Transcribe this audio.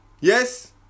Yes